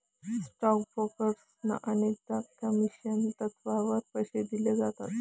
stock ब्रोकर्सना अनेकदा commission तत्त्वावर पैसे दिले जातात